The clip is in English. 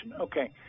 okay